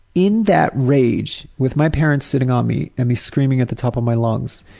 in that rage, with my parents sitting on me and me screaming at the top of my lungs,